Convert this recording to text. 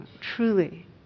truly